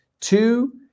two